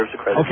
Okay